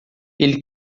ele